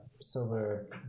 silver